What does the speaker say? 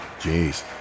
Jeez